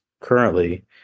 currently